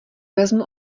vezmu